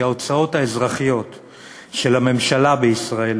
כי ההוצאות האזרחיות של הממשלה בישראל